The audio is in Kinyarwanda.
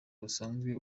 busanzwe